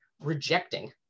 rejecting